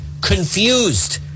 confused